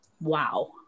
wow